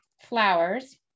flowers